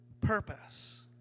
purpose